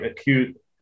acute